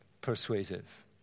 persuasive